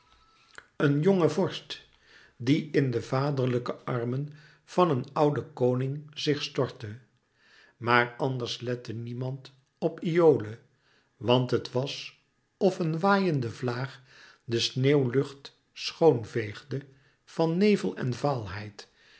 een jonge vorst die in de vaderlijke armen van een ouden koning zich stortte maar anders lette niemand op iole want het was of een waaiende vlaag de sneeuwlucht schoon veegde van nevel en vaalheid